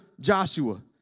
Joshua